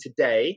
today